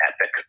epic